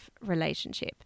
relationship